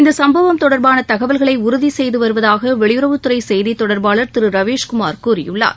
இந்த சம்பவம் தொடர்பான தகவல்களை உறுதி செய்து வருவதாக வெளியுறவுத்துறை செய்தி தொடர்பாளர் திரு ரவிஸ்குமார் கூறியுள்ளார்